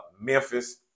Memphis